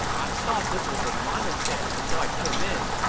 i thought this was a monastery, so i came in.